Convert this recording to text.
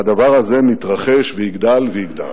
והדבר הזה מתרחש ויגדל ויגדל.